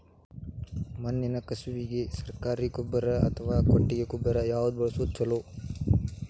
ಮಣ್ಣಿನ ಕಸುವಿಗೆ ಸರಕಾರಿ ಗೊಬ್ಬರ ಅಥವಾ ಕೊಟ್ಟಿಗೆ ಗೊಬ್ಬರ ಯಾವ್ದು ಬಳಸುವುದು ಛಲೋ?